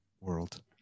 world